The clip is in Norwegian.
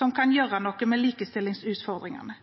som kan gjøre noe med likestillingsutfordringene,